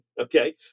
okay